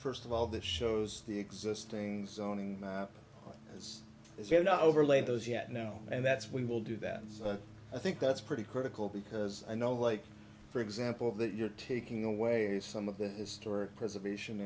first of all that shows the existing zoning you know overlay those yet no and that's we will do that i think that's pretty critical because i know like for example that you're taking away some of this historic preservation